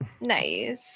Nice